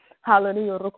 hallelujah